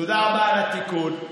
תודה רבה על התיקון.